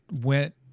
went